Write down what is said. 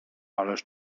ależ